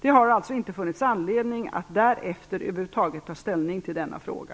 Det har alltså inte funnits någon anledning att därefter över huvud taget ta ställning till denna fråga.